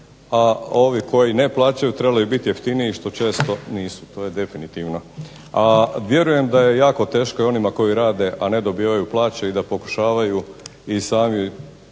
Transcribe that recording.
a ovi koji ne plaćaju trebali bi biti jeftiniji što često nisu. To je definitivno. A vjerujem da je jako teško i onima koji rade, a ne dobijaju plaće i da pokušavaju i sami